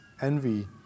envy